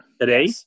Today